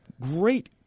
great